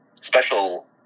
Special